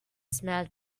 smelled